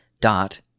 dot